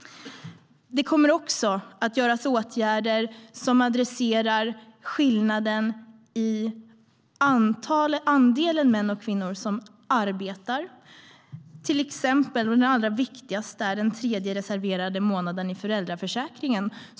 Det kommer också att vidtas åtgärder som adresserar till exempel skillnaden i andel män och kvinnor som arbetar. Den allra viktigaste åtgärden är den tredje reserverade månaden i föräldraförsäkringen.